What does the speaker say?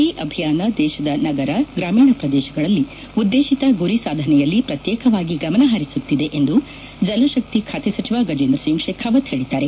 ಈ ಅಭಿಯಾನ ದೇಶದ ನಗರ ಗ್ರಾಮೀಣ ಪ್ರದೇಶಗಳಲ್ಲಿ ಉದ್ಗೇಶಿತ ಗುರಿ ಸಾಧನೆಯಲ್ಲಿ ಪ್ರತ್ಯೇಕವಾಗಿ ಗಮನ ಹರಿಸುತ್ತಿದೆ ಎಂದು ಜಲಶಕ್ತಿ ಖಾತೆ ಸಚಿವ ಗಜೇಂದ್ರ ಸಿಂಗ್ ಶೇಖಾವತ್ ಹೇಳಿದ್ದಾರೆ